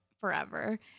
forever